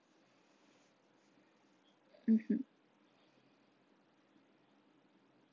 mmhmm